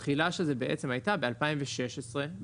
התמ"ג העסקי מבחינתו היה אמור להיות רק מ-2017.